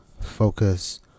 focus